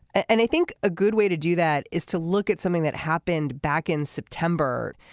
and i think a good way to do that is to look at something that happened back in september.